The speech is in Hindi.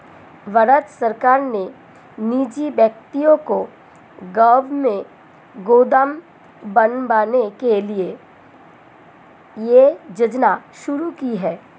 भारत सरकार ने निजी व्यक्ति को गांव में गोदाम बनवाने के लिए यह योजना शुरू की है